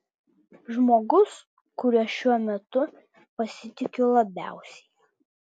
žmogus kuriuo šiuo metu pasitikiu labiausiai